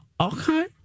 Okay